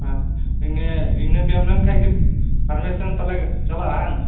ᱦᱟᱸ ᱤᱱᱟ ᱤᱱᱟ ᱠᱚ ᱮᱢᱞᱮᱱ ᱠᱷᱟᱡ ᱜᱮ ᱯᱟᱨᱢᱤᱥᱚᱱ ᱛᱟᱦᱚᱞᱮ ᱪᱟᱞᱟᱜ ᱟ